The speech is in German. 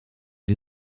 die